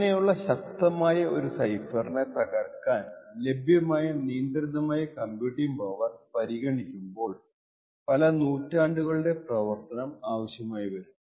ഇങ്ങനെയുള്ള ശക്തമായ ഒരു സൈഫെർനെ തകർക്കാൻ ലഭ്യമായ നിയന്ത്രിതമായ കമ്പ്യൂട്ടിങ് പവർ പരിഗണിക്കുമ്പോൾ പല നൂറ്റാണ്ടുകളുടെ പ്രവർത്തനം ആവശ്യം വരും